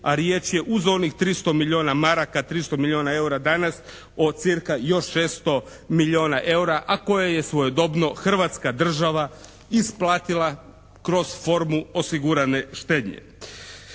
a riječ je uz onih 300 milijuna maraka, 300 milijuna eura danas o cca još 600 milijuna eura, a koje je svojedobno hrvatska država isplatila kroz formu osigurane štednje.